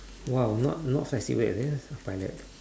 !wow! not not some pilot